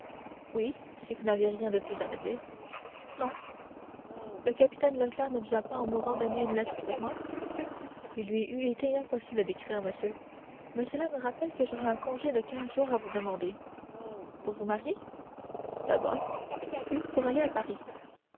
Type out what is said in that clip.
oui si vous n'avez rien de plus à me dire non le capitaine leclère ne vous a pas en mourant donné une lettre pour moi il lui eût été impossible d'écrire monsieur mais cela me rappelle que j'aurai un congé de quinze jours à vous demander pour vous marier d'abord puis pour aller à paris